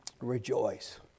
rejoice